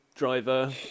driver